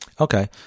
Okay